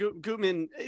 Gutman